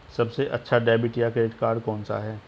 सबसे अच्छा डेबिट या क्रेडिट कार्ड कौन सा है?